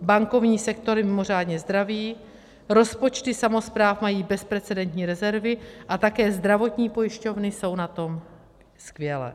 Bankovní sektor je mimořádně zdravý, rozpočty samospráv mají bezprecedentní rezervy a také zdravotní pojišťovny jsou na tom skvěle.